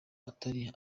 atari